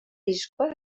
diskoa